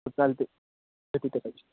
चालते